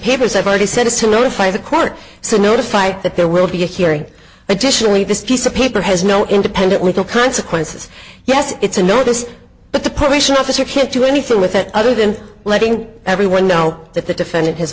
papers i've already said is who notified the court so notified that there will be a hearing additionally this piece of paper has no independent legal consequences yes it's a notice but the probation officer can't do anything with it other than letting everyone know that the defendant h